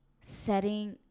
setting